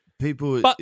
People